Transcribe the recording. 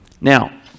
Now